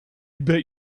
bet